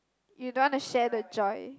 you don't want to share the joy